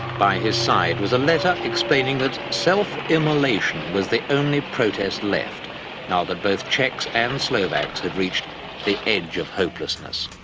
by his side was a letter explaining that self-immolation was the only protest left now that both czechs and slovaks had reached the edge of hopelessness.